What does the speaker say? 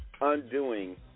Undoing